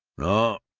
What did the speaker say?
no.